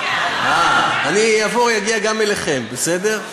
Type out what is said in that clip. אני אגיע גם אליכם, בסדר?